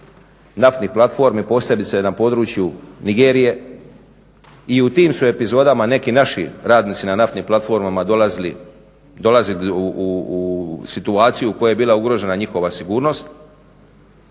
naftnih platformi posebice na području Nigerije i u tim su epizodama neki naši radnici na naftnim platformama dolazili u situaciju u kojoj je bila ugrožena njihova sigurnost.